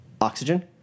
oxygen